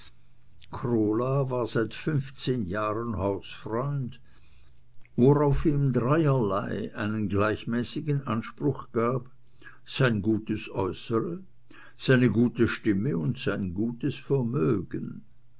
krola war seit fünfzehn jahren hausfreund worauf ihm dreierlei einen gleichmäßigen anspruch gab sein gutes äußere seine gute stimme und sein gutes vermögen